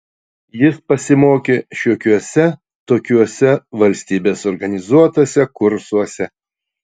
jis pasimokė šiokiuose tokiuose valstybės organizuotuose kursuose